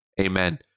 Amen